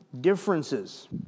differences